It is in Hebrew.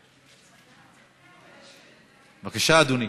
בבקשה, אדוני.